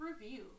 review